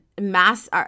mass